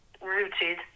rooted